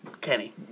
Kenny